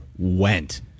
went